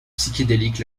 psychédélique